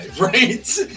Right